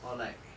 or like